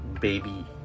baby